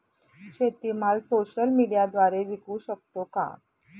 शेतीमाल सोशल मीडियाद्वारे विकू शकतो का?